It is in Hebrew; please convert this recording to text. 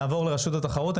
נעבור לרשות התחרות.